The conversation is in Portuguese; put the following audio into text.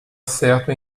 certo